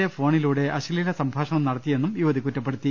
A ഫോണിലൂടെ അശ്ലീല സംഭാഷണം നടത്തിയെന്നും യുവതി കുറ്റപ്പെടുത്തി